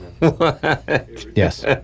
Yes